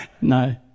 no